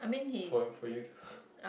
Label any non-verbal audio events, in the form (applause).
for for you to (breath)